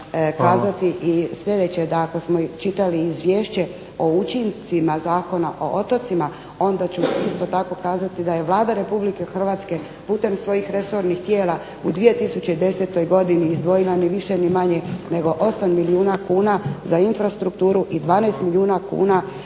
pa moram kazati i sljedeće, da ako smo čitali Izvješće o učincima Zakona o otocima onda ću isto tako kazati da je Vlada Republike Hrvatske putem svojih resornih tijela u 2010 godini izdvojila ni više ni manje nego 8 milijuna kuna za infrastrukturu i 12 milijuna kuna